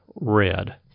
red